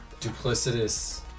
duplicitous